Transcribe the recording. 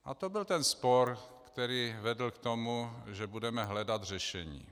A to byl ten spor, který vedl k tomu, že budeme hledat řešení.